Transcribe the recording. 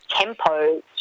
tempo